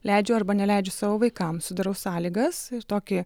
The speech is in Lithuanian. leidžiu arba neleidžiu savo vaikams sudarau sąlygas ir tokį